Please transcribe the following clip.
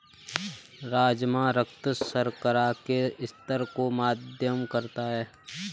राजमा रक्त शर्करा के स्तर को मध्यम करता है